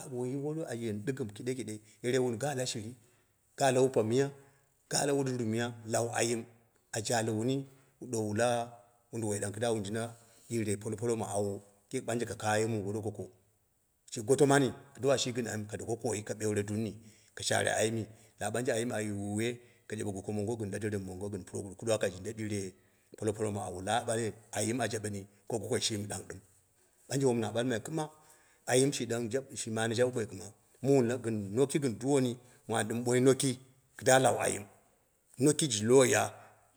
yarei wun gaa la shiri, ga la wupe miya ga la wure dur miya wun lau ayim, a jale wuni wu duwo wu la wunduwoi dang kɨduwa wun jinda ɗiure polopolok ma awo kii ɓanje ka kaye muu goro goko shi goto mani kiduwa shi gɨn ayim ka doko kooyi ka ɓeure durni ka sharare ayimmi la, ɓanje ayim a wuwe ka jabe goko mongo gɨn la derenw gɨn puroguru kɨduwa kai jinda diura polo polok ma awo la ɓanje ayim a jaɓeni ko gokoi shimi ɗang ɗɨm, ɓanje wm na ɓalmai ɓang kɨma ayim shi ɗang, shi mane jaɓe boi kɨma mu la gɨn noki gɨn duwoni mɨ an ɗɨm ɓoi noki kɨda lau ayim, no ki ji loya